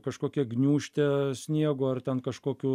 kažkokia gniūžtė sniego ar ten kažkokiu